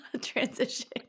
transition